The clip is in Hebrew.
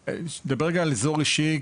אדבר רגע על אזור אישי.